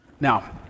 Now